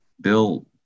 Bill